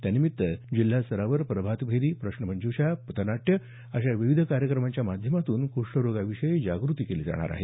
त्यानिमित्त जिल्हास्तरावर प्रभात फेरी प्रश्नमंजुषा पथनाट्य अशा विविध कार्यक्रमांच्या माध्यमातून कुष्ठरोगाविषयी जागृती केली जाणार आहे